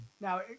Now